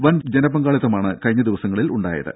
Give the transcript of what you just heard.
വൻജനപങ്കാളിത്തമാണ് കഴിഞ്ഞ ദിവസങ്ങളിൽ ഉണ്ടായത്